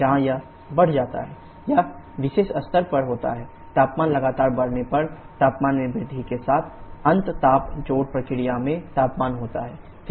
जहां यह बढ़ जाता है यह विशेष स्तर पर होता है तापमान लगातार बढ़ने पर तापमान में वृद्धि के साथ अंत ताप जोड़ प्रक्रिया में तापमान होता है